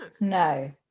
No